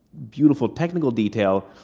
beautiful technical detail,